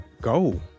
go